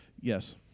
yes